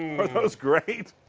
but those great.